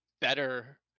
better